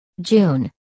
June